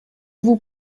vous